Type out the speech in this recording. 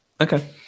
Okay